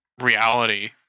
reality